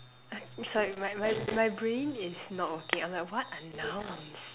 sorry my my my brain is not working I'm like what are nouns